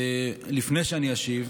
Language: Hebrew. לפני שאני אשיב,